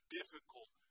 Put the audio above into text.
difficult